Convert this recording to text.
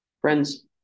Friends